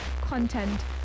content